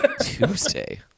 Tuesday